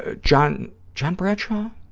ah john john bradshaw?